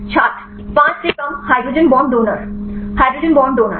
छात्र 5 से कम hydrogen bond donor hydrogen bond donor